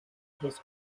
his